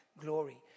glory